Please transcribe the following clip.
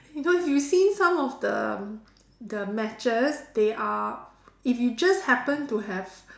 you know if you see some of the the matches they are if you just happen to have